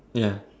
ya